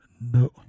No